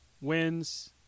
wins